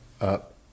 Up